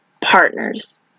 partners